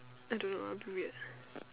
I don't know lah a bit weird